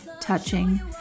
touching